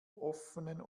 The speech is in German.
offenen